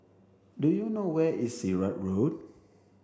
do you know where is Sirat Road